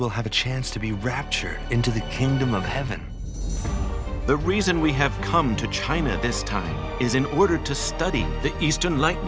will have a chance to be raptured into the kingdom of heaven the reason we have come to china at this time is in order to study the east unlike